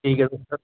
ٹھیک ہے تو سر